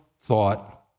thought